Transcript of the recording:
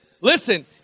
Listen